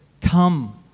Come